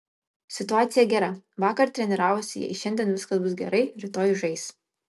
situacija gera vakar treniravosi jei šiandien viskas bus gerai rytoj žais